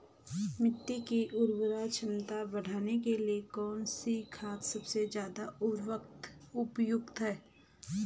मिट्टी की उर्वरा क्षमता बढ़ाने के लिए कौन सी खाद सबसे ज़्यादा उपयुक्त है?